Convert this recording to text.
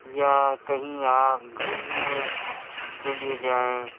یا کہیں آپ گھومنے کے لیے جائیں